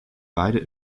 beide